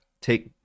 take